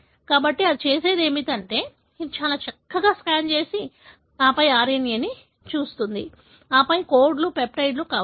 కాబట్టి అది చేసేది ఏమిటంటే ఇది చాలా చక్కగా స్కాన్ చేసి ఆపై RNAను చూస్తుంది ఆపై కోడ్లు పెప్టైడ్ కావచ్చు